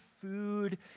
food